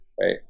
right